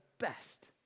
best